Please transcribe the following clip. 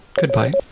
Goodbye